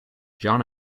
john